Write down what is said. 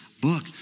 book